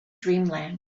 dreamland